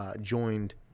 joined